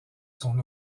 son